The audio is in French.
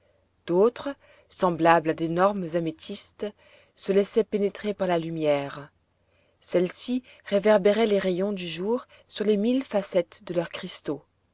d'autres semblables à d'énormes améthystes se laissaient pénétrer par la lumière celles-ci réverbéraient les rayons du jour sur les mille facettes de leurs cristaux